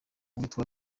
witwa